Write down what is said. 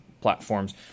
platforms